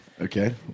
Okay